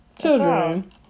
children